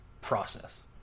process